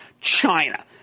China